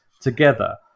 together